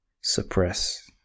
suppress